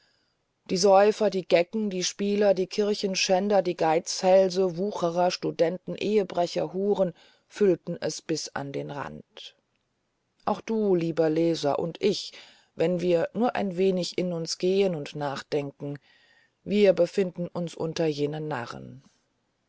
die säufer die gecken die spieler die kirchenschänder die geizhälse wucherer studenten ehebrecher huren füllten es bis an den rand auch du lieber leser und ich wenn wir nur ein wenig in uns gehen und nachdenken wir befinden uns unter jenen narren